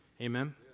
Amen